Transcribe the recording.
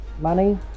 Money